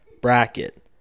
bracket